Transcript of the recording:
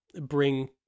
bring